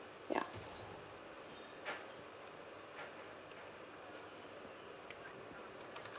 ya